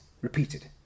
repeated